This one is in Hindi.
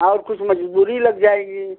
और कुछ मजबूरी लग जाएगी